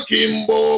Kimbo